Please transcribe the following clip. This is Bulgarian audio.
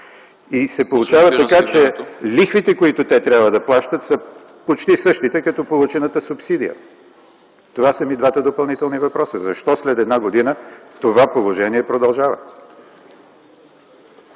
Получава се така, че лихвите, които те трябва да плащат, са почти същите като получената субсидия. Вторият ми допълнителен въпрос е: защо след една година това положение продължава?